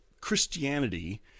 christianity